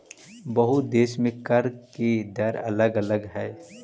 बहुते देश में कर के दर अलग अलग हई